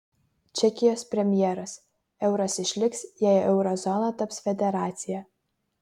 čekijos premjeras euras išliks jei euro zona taps federacija